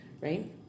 Right